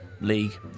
league